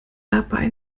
dabei